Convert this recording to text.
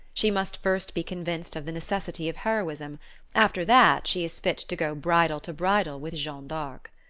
she must first be convinced of the necessity of heroism after that she is fit to go bridle to bridle with jeanne d'arc.